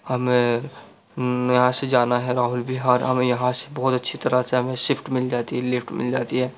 ہمیں یہاں سے جانا ہے راہل وہار ہمیں یہاں سے بہت اچھی طرح سے ہمیں شفٹ مل جاتی ہے لفٹ مل جاتی ہے